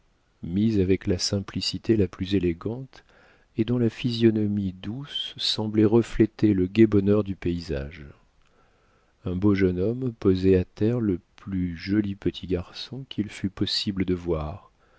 mise avec la simplicité la plus élégante et dont la physionomie douce semblait refléter le gai bonheur du paysage un beau jeune homme posait à terre le plus joli petit garçon qu'il fût possible de voir